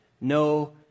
No